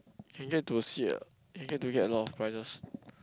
can get to see uh can get to get a lot of prizes